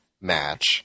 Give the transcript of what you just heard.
match